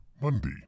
Monday